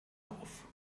auf